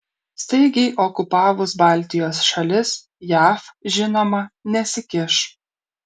staigiai okupavus baltijos šalis jav žinoma nesikiš